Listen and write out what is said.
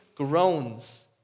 groans